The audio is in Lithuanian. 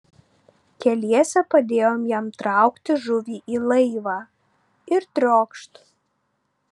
keliese padėjom jam traukti žuvį į laivą ir triokšt